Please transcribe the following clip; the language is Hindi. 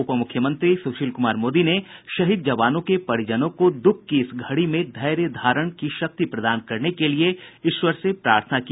उप मुख्यमंत्री सुशील कुमार मोदी ने शहीद जवानों के परिजनों को दुःख की इस घड़ी में धैर्य धारण की शक्ति प्रदान करने के लिए ईश्वर से प्रार्थना की